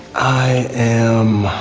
i am